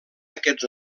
aquests